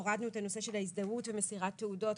הורדנו את הנושא של ההזדהות ומסירת תעודות,